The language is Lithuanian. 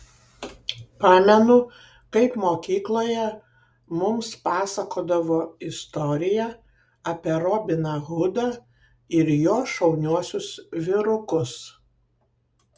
pamenu kaip mokykloje mums pasakodavo istoriją apie robiną hudą ir jo šauniuosius vyrukus